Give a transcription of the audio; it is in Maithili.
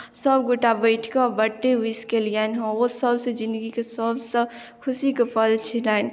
सभगोटए बैठि कऽ बर्थडे विश केलियनि हेँ ओ सभसँ जिन्दगीके सभसँ खुशीके पल छलनि